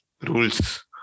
rules